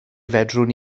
fedrwn